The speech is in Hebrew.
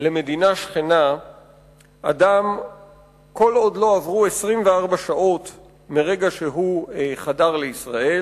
למדינה שכנה אדם כל עוד לא עברו 24 שעות מהרגע שהוא חדר לישראל